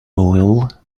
oil